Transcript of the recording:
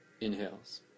Inhales